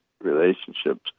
relationships